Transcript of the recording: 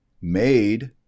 made